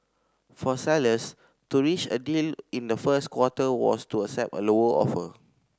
for sellers to reach a deal in the first quarter was to accept a lower offer